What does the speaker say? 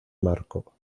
marco